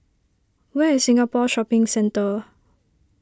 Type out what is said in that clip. where is Singapore Shopping Centre